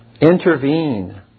Intervene